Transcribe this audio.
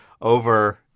over